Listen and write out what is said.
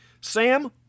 Sam